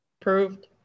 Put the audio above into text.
Approved